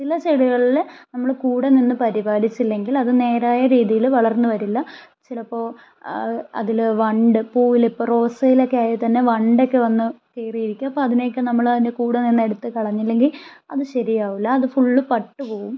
ചില ചെടികളിൽ നമ്മൾ കൂടെ നിന്ന് പരിപാലിച്ചില്ലെങ്കിൽ അത് നേരായ രീതിയിൽ വളർന്ന് വരില്ല ചിലപ്പോൾ അതിൽ വണ്ട് പൂവിൽ ഇപ്പോൾ റോസയിലൊക്കെ ആയാൽ തന്നെ വണ്ടൊക്കെ വന്ന് കയറി ഇരിക്കും അപ്പോൾ അതിനൊക്കെ നമ്മൾ അതിൻ്റെ കൂടെ നിന്ന് എടുത്ത് കളഞ്ഞില്ലെങ്കിൽ അത് ശരിയാവൂല അത് ഫുള്ള് പട്ട് പോവും